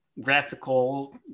graphical